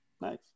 Nice